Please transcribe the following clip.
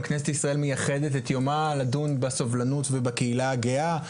כנסת ישראל מייחדת את יומה לדון בסובלנות ובקהילה הגאה,